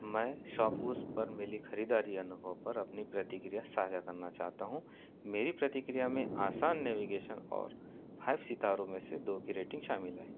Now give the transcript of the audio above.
मैं शॉपक्लूज़ पर मिली ख़रीदारी अनुभव पर अपनी प्रतिक्रिया साझा करना चाहता हूँ मेरी प्रतिक्रिया में आसान नेविगेशन और फाइव सितारों में से दो की रेटिंग शामिल है